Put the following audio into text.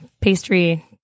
pastry